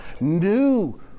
New